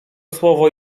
słowo